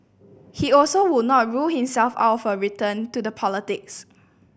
he also would not rule himself out of a return to the politics